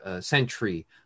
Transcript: century